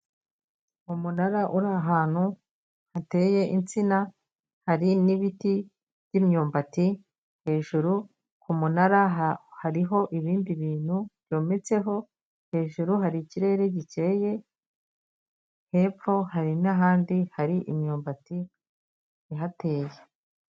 Umunara uri ahantu hateye insina hari n'ibiti by'imyumbati, hejuru ku munara hariho ibindi bintu byometseho, hejuru hari ikirere gikeye, hepfo hari n'ahandi hari imyumbati ihateye.